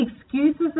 Excuses